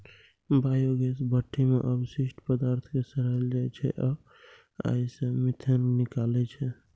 biogas भट्ठी मे अवशिष्ट पदार्थ कें सड़ाएल जाइ छै आ अय सं मीथेन गैस निकलै छै